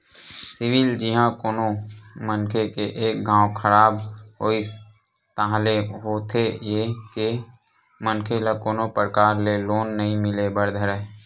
CIBIL जिहाँ कोनो मनखे के एक घांव खराब होइस ताहले होथे ये के मनखे ल कोनो परकार ले लोन नइ मिले बर धरय